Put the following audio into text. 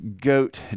Goat